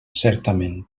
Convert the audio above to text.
certament